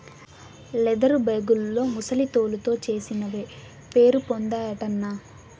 leather బేగుల్లో ముసలి తోలుతో చేసినవే పేరుపొందాయటన్నా